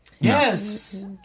Yes